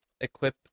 equip